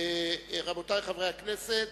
רבותי חברי הכנסת,